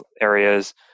areas